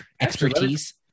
expertise